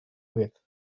with